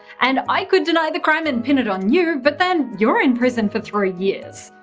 and i could deny the crime and pin it on you but then you're in prison for three years.